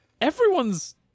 Everyone's